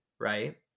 right